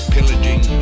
Pillaging